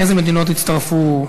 איזה מדינות הצטרפו,